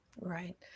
Right